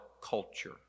culture